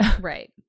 Right